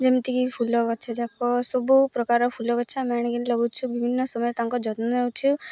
ଯେମିତିକି ଫୁଲ ଗଛ ଯାକ ସବୁ ପ୍ରକାର ଫୁଲ ଗଛ ଆମେ ଆଣିକିରି ଲଗଉଛୁ ବିଭିନ୍ନ ସମୟରେ ତାଙ୍କ ଯତ୍ନ ନଉଛୁ